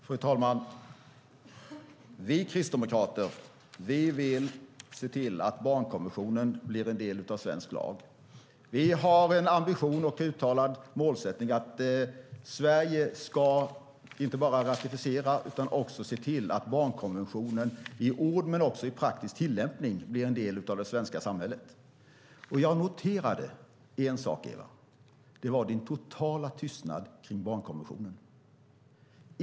Fru talman! Vi kristdemokrater vill att barnkonventionen blir en del av svensk lag. Vi har en uttalad ambition och målsättning att Sverige inte bara ska ratificera utan också se till att barnkonventionen i ord och i praktisk tillämpning blir en del av det svenska samhället. Jag noterade en sak, Eva Olofsson, nämligen din totala tystnad i fråga om barnkonventionen.